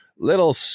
Little